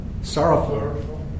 sorrowful